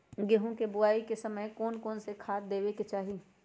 गेंहू के बोआई के समय कौन कौन से खाद देवे के चाही?